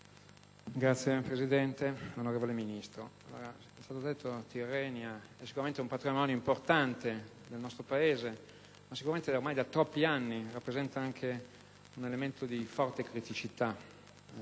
Signor Presidente, onorevole Ministro,